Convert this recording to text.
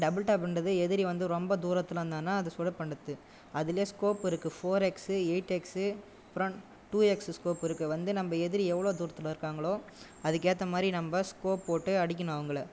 double டாப்ன்றது எதிரி வந்து ரொம்ப தூரத்தில் இருந்தாங்கன்னா அது சுட பண்ணுறத்துக்கு அதில் ஸ்கோப் இருக்குது ஃபோர் எக்ஸ்சு எயிட் எக்ஸ்சு அப்புறம் டூ எக்ஸ் ஸ்கோப் வந்து நம்ம எதிரி எவ்வளோ தூரத்தில் இருக்காங்களோ அதுக்கு ஏற்ற மாதிரி நம்ப ஸ்கோப் போட்டு அடிக்கணும் அவங்களை